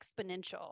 exponential